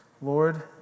Lord